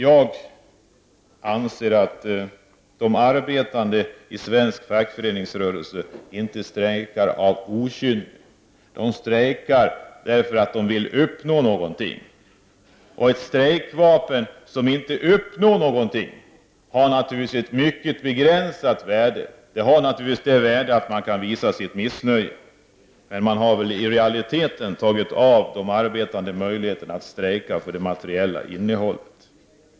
Jag anser att de arbetande i svensk fackföreningsrörelse inte strejkar av okynne. De strejkar därför att de vill uppnå någonting. Och ett strejkvapen som inte medför att man uppnår någonting har ett mycket begränsat värde. Det har naturligtvis det värdet att man kan visa sitt missnöje, men i realiteten har väl de arbetande fråntagits möjligheten att strejka för det materiella innehållet.